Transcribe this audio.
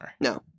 No